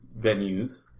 venues